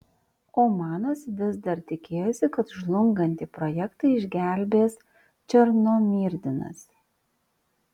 omanas vis dar tikėjosi kad žlungantį projektą išgelbės černomyrdinas